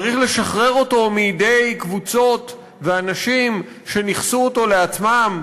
צריך לשחרר אותו מיד קבוצות ואנשים שניכסו אותו לעצמם?